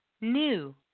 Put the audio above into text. new